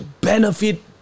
benefit